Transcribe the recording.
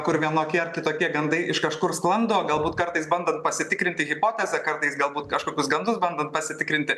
kur vienokie ar kitokie gandai iš kažkur sklando galbūt kartais bandant pasitikrinti hipotezę kartais galbūt kažkokius gandus bandant pasitikrinti